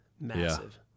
Massive